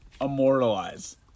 immortalize